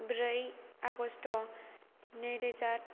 ब्रै आगस्त' नैरोजा